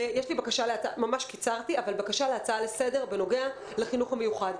יש לי בקשה להצעה לסדר בנוגע לחינוך המיוחד.